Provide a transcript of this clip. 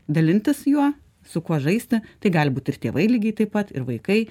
dalintis juo su kuo žaisti tai gali būt ir tėvai lygiai taip pat ir vaikai